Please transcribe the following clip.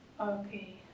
Okay